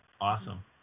Awesome